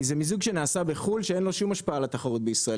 כי זה מיזוג נעשה בחול שאין לו שום השפעה על התחרות בישראל,